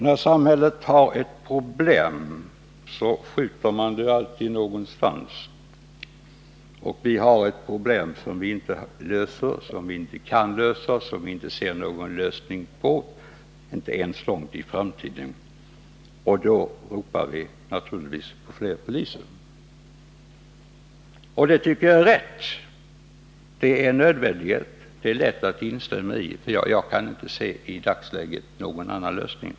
När samhället har ett problem försöker man alltid angripa det på något sätt. Det gäller här ett problem som vi inte ser någon lösning på, inte ens långt fram i tiden, och då ropar vi naturligtvis på fler poliser. Det är lätt att instämma i det ropet. Också jag tycker att det är nödvändigt med fler poliser — jag kan i dagsläget inte se någon annan lösning.